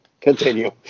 continue